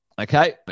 okay